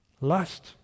Lust